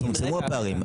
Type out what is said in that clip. הפערים.